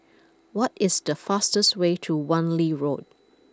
what is the fastest way to Wan Lee Road